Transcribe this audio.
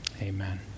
amen